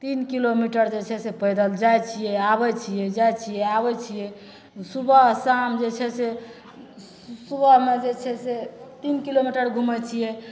तीन किलोमीटर जे छै से पैदल जाए छिए आबै छिए जाए छिए आबै छिए सुबह शाम जे छै से सुबहमे जे छै से तीन किलोमीटर घुमै छिए